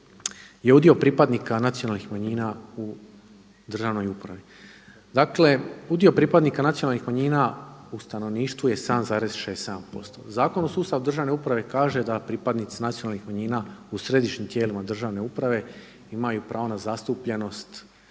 je udio pripadnika nacionalnih manjina u državnoj upravi. Dakle, udio pripadnika nacionalnih manjina u stanovništvu je 7,6%. Zakon o sustavu državne uprave kaže da pripadnici nacionalnih manjina u središnjim tijelima državne uprave imaju pravo na zastupljenost